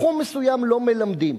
תחום מסוים לא מלמדים.